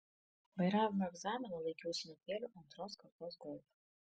vairavimo egzaminą laikiau senutėliu antros kartos golf